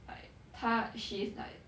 like 她 she is like